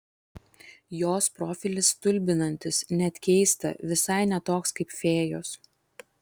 jos profilis stulbinantis net keista visai ne toks kaip fėjos